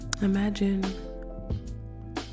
Imagine